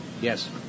Yes